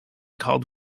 called